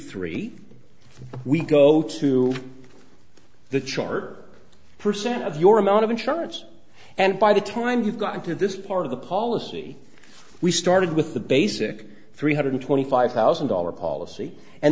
three we go to the chart percent of your amount of insurance and by the time you got into this part of the policy we started with the basic three hundred twenty five thousand dollar policy and